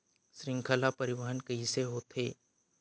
श्रृंखला परिवाहन कइसे होथे?